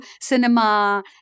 cinema